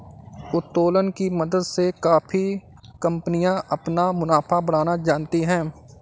उत्तोलन की मदद से काफी कंपनियां अपना मुनाफा बढ़ाना जानती हैं